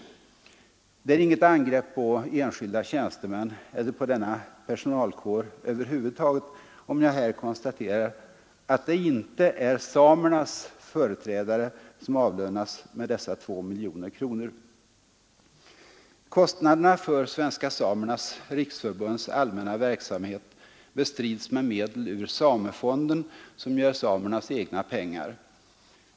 Det är inget angrepp på enskilda tjänstemän eller på denna personalkår över huvud taget, om jag här konstaterar att det inte är samernas företrädare som avlönas med dessa 2 miljoner kronor. Kostnaderna för Svenska samernas riksförbunds allmänna verksamhet bestrids med medel ur samefonden, som ju är samernas egna pengar.